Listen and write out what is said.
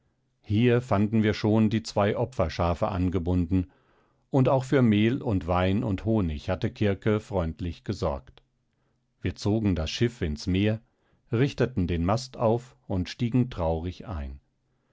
hier fanden wir schon die zwei opferschafe angebunden und auch für mehl und wein und honig hatte kirke freundlich gesorgt wir zogen das schiff ins meer richteten den mast auf und stiegen traurig ein